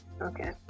okay